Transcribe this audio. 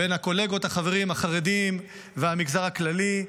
בין הקולגות החברים החרדים והמגזר הכללי,